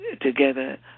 together